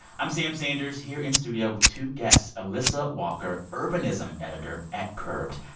i'm sam sanders here in studio with two guests alissa walker, urbanism editor at curbed.